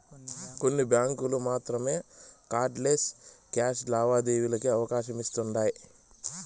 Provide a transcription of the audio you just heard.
కొన్ని బ్యాంకులు మాత్రమే కార్డ్ లెస్ క్యాష్ లావాదేవీలకి అవకాశమిస్తుండాయ్